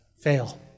fail